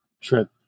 trip